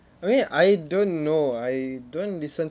I mean I don't know I don't listen